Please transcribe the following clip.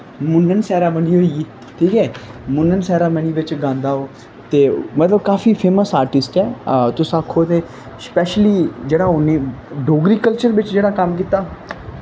मुन्नन सैरामनी होई गेई ठीक ऐ मुन्नन सैरामनी बिच्च गांदा ओह् ते मतलब काफी फेमस आर्टिस्ट ऐ तुस आक्खो ते स्पैशली जेह्ड़ा उ'नें डोगरी कल्चर बिच्च जेह्ड़ा कम्म कीता